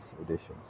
editions